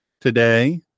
today